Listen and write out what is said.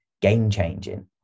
game-changing